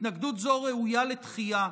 התנגדות זו ראויה לדחייה.